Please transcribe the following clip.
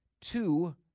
two